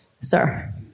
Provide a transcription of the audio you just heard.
sir